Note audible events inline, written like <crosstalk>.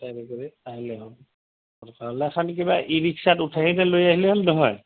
<unintelligible> কাইলে হ'ব <unintelligible> কিবা ই ৰিক্সাত উঠাই কে লৈ আহিলে হ'ল নহয়